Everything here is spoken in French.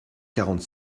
quarante